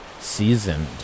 seasoned